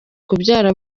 kubyara